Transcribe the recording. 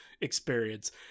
experience